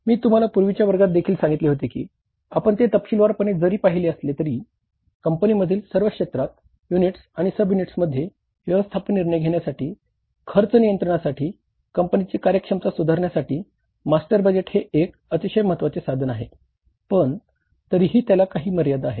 मी तुम्हाला पूर्वीच्या वर्गात देखील सांगितले होते की आपण ते तपशीलवारपणे जरी पाहिले असले तरी कंपनीमधील सर्व क्षेत्रात युनिट्स आणि सब युनिटमध्ये व्यवस्थापन निर्णय घेण्यासाठी खर्च नियंत्रणासाठी कंपनीची कार्यक्षमता सुधारण्यासाठी मास्टर बजेट हे एक अतिशय महत्वाचे साधन आहे पण तरीही त्याला काही मर्यादा आहेत